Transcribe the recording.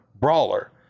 brawler